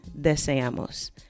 deseamos